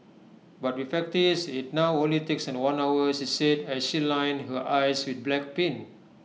but with practice IT now only takes one hour she said as she lined her eyes with black paint